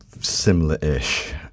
similar-ish